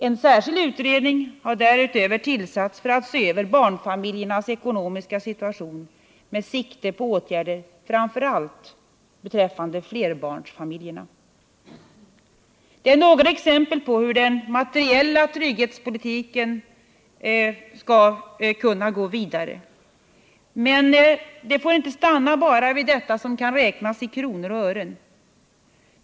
En särskild utredning har dessutom tillsatts för att se över barnfamiljernas ekonomiska situation med sikte på åtgärder för framför allt flerbarnsfamiljerna. Detta är några exempel på hur den materiella trygghetspolitiken skall kunna föras vidare, men trygghetspolitiken får inte stanna vid det som kan räknas i kronor och ören.